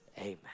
amen